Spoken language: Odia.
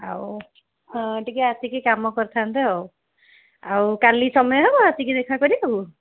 ଆଉ ଟିକେ ଆସିକି କାମ କରିଥାନ୍ତେ ଆଉ ଆଉ କାଲି ସମୟ ହେବ ଆସିକି ଦେଖା କରିବାକୁ